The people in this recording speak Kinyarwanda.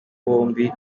bombi